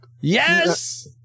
Yes